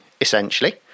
essentially